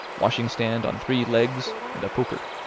washing-stand on three legs, and a poker.